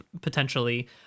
potentially